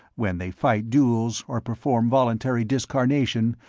when they fight duels or perform voluntary discarnation,